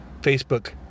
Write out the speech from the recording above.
Facebook